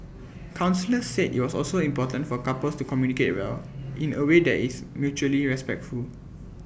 counsellors said IT was also important for couples to communicate well in away that is mutually respectful